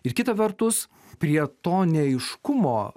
ir kita vertus prie to neaiškumo